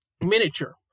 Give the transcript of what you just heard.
miniature